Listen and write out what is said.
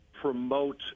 promote